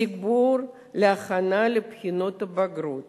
תגבור להכנה לבחינות בגרות